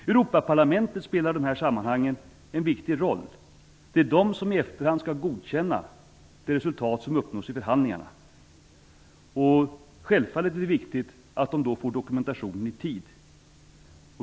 Europaparlamentet spelar i de här sammanhangen en viktig roll. Det är Europaparlamentet som i efterhand skall godkänna det resultat som uppnås i förhandlingarna. Självfallet är det viktigt att man då får dokumentationen i tid.